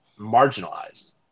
marginalized